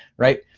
right,